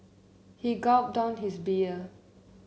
he gulped down his beer